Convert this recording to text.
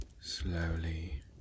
slowly